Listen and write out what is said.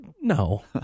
No